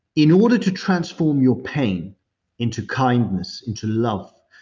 in order to transform your pain into kindness, into love,